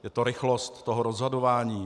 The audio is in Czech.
Je to rychlost toho rozhodování.